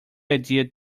idea